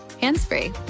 hands-free